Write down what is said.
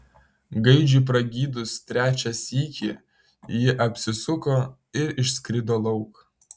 gaidžiui pragydus trečią sykį ji apsisuko ir išskrido lauk